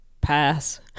pass